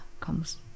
comes